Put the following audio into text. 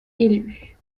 élue